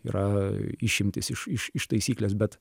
yra išimtis iš iš iš taisyklės bet